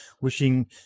Wishing